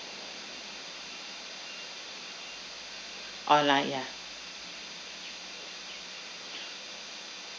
online ya